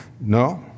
no